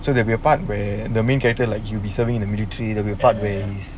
so there will be a part where the main character like you'll be serving in the military that you part where